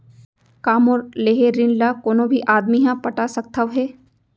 का मोर लेहे ऋण ला कोनो भी आदमी ह पटा सकथव हे?